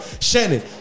Shannon